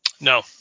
No